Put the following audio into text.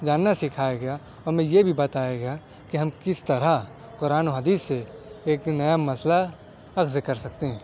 جاننا سکھایا گیا اور ہمیں یہ بھی بتایا گیا کہ ہم کس طرح قرآن و حدیث سے ایک نیا مسئلہ عرض کر سکتے ہیں